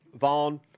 Vaughn